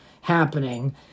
happening